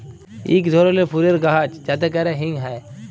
ইক ধরলের ফুলের গাহাচ যাতে ক্যরে হিং হ্যয়